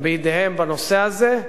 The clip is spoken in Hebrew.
בידיהם בנושא הזה.